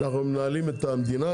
אנחנו מנהלים את המדינה?